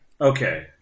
Okay